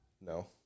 No